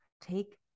Take